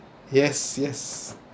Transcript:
yes yes